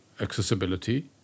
accessibility